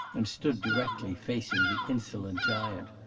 and stood directly facing the insolent giant.